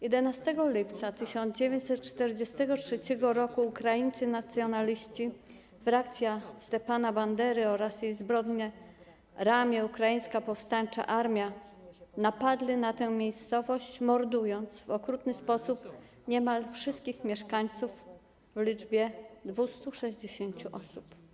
11 lipca 1943 r. ukraińscy nacjonaliści, frakcja Stepana Bandery oraz jej zbrojne ramię - Ukraińska Powstańcza Armia, napadli na tę miejscowość, mordując w okrutny sposób niemal wszystkich mieszkańców w liczbie 260 osób.